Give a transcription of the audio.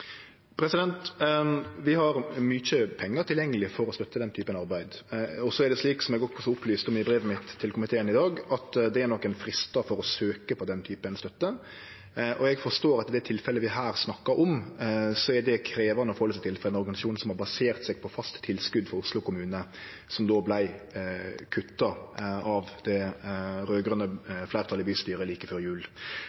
Vi har mykje pengar tilgjengeleg for å støtte slikt arbeid. Og så er det slik som eg opplyste i brevet mitt til komiteen i dag, at det er nokre fristar for å søkje om slik støtte. Eg forstår at i det tilfellet vi her snakkar om, er det krevjande å halde seg til for ein organisasjon som har basert seg på fast tilskot frå Oslo kommune – som då vart kutta av det